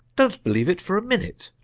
don't believe it for a minute.